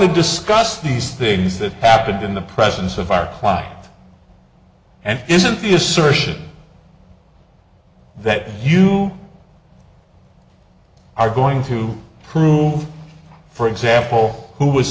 to discuss these things that happened in the presence of our class and isn't the assertion that you are going to prove for example who was